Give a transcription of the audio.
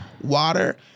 Water